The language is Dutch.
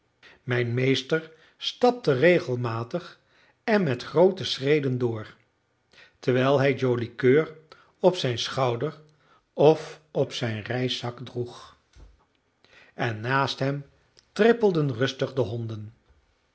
mijn meester stapte regelmatig en met groote schreden door terwijl hij joli coeur op zijn schouder of op zijn reiszak droeg en naast hem trippelden rustig de honden